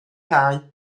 cae